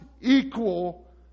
equal